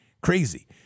crazy